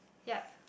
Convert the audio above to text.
yup